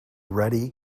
ready